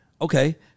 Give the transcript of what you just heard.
Okay